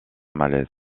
malaise